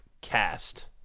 Cast